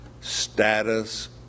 status